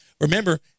Remember